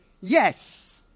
yes